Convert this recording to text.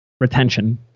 retention